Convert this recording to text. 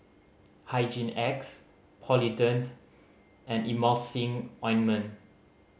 Hygin X Polident and Emulsying Ointment